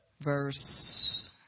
verse